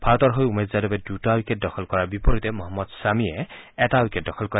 ভাৰতৰ হৈ উমেশ যাদৱে দুটা উইকেট দখল কৰাৰ বিপৰীতে মহম্মদ ছামীয়ে এটা উইকেট দখল কৰে